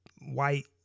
white